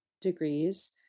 degrees